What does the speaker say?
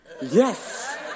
Yes